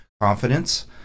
confidence